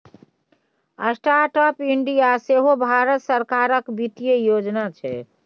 startup India सेहो भारत सरकारक बित्तीय योजना छै